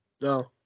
No